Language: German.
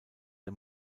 der